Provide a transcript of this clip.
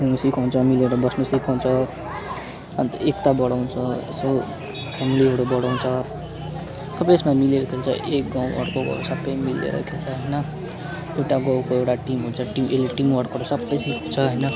खेल्नु सिकाउँछ मिलेर बस्नु सिकाउँछ अन्त एकता बढाउँछ यसो फेमिलीहरू बढाउँछ सबै यसमा मिलेर खेल्छ एक गाउँ अर्को गाउँ सबै मिलेर खेल्छ होइन एउटा गाउँको एउटा टिम हुन्छ यसले टिम वर्क सबै सिकाउँछ होइन